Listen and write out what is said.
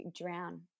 drown